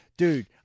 Dude